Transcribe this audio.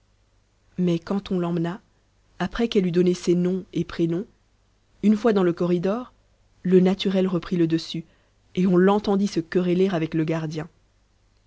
mais quand on l'emmena après qu'elle eût donné ses nom et prénoms une fois dans le corridor le naturel reprit le dessus et on l'entendit se quereller avec le gardien